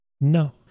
No